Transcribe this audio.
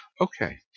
Okay